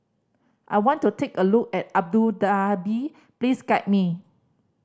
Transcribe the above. I want to take a look at Abu Dhabi please guide me